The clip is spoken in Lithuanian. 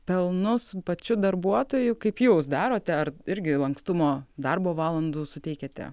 pelnu su pačiu darbuotoju kaip jūs darote ar irgi lankstumo darbo valandų suteikiate